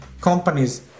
companies